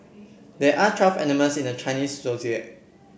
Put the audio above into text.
there are twelve animals in the Chinese